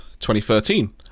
2013